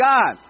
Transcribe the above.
God